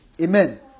Amen